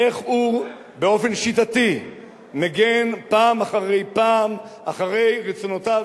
איך הוא באופן שיטתי מגן פעם אחרי פעם על רצונותיו